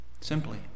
Simply